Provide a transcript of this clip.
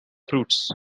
fruits